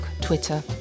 Twitter